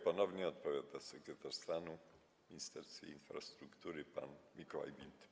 Ponownie odpowiada sekretarz stanu w Ministerstwie Infrastruktury pan Mikołaj Wild.